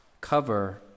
cover